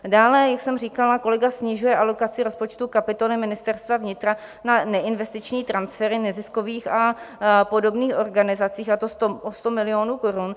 Dále, jak jsem říkala, kolega snižuje alokaci rozpočtu kapitoly Ministerstva vnitra na neinvestiční transfery neziskových a podobných organizací, a to o 100 milionů korun.